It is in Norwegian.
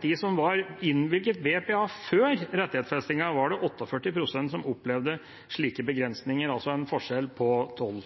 dem som var innvilget BPA før rettighetsfestingen, var det 48 pst. som opplevde slike begrensninger, altså en forskjell på